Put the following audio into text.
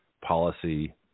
policy